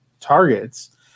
targets